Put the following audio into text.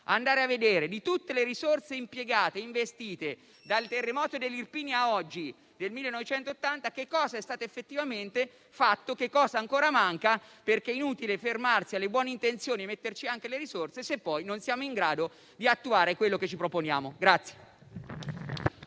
andare a vedere, di tutte le risorse impiegate e investite dal terremoto dell'Irpinia del 1980 ad oggi, cos'è stato effettivamente fatto e cosa ancora manca, perché è inutile fermarsi alle buone intenzioni e metterci anche le risorse, se poi non siamo in grado di attuare quello che ci proponiamo.